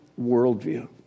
worldview